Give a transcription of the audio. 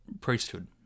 priesthood